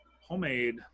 homemade